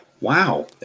Wow